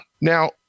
Now